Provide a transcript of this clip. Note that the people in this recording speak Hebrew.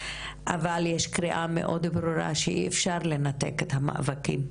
אבל יש קריאה מאוד ברורה שאי אפשר לנתק את המאבקים,